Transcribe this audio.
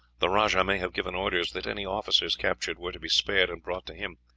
the rajah may have given orders that any officers captured were to be spared and brought to him.